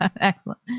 Excellent